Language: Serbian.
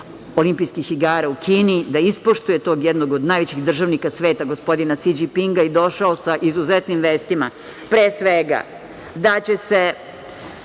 Olimpijskih igara u Kini, da ispoštuje tog jednog od najvećih državnika sveta gospodina Si Đinpinga i došao sa izuzetnim vestima, pre svega da će se